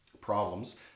problems